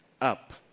up